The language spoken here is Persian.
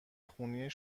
خونی